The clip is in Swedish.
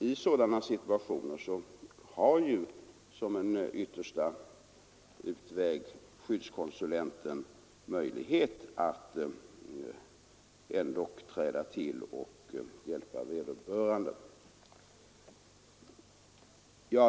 I sådana situationer har ju som en yttersta utväg skyddskonsulenten möjlighet att träda till och hjälpa vederbörande.